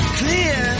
clear